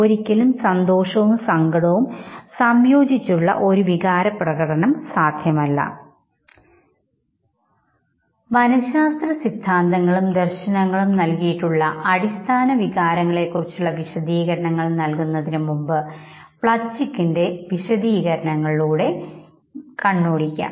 ഒരിക്കലും സന്തോഷവും സങ്കടവും സംയോജിച്ച് ഉള്ള ഒരു വികാരപ്രകടനം സാധ്യമല്ല മനഃശാസ്ത്ര സിദ്ധാന്തങ്ങളും ദർശനങ്ങളും നല്കിയിട്ടുള്ള അടിസ്ഥാന വികാരങ്ങളെ കുറിച്ചുള്ള വിശദീകരണങ്ങൾ നൽകുന്നതിനുമുമ്പ് പ്ലച്ചിക്ൻറെ വിശദീകരണങ്ങളിലൂടെ കണ്ണോടിക്കാം